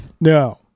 no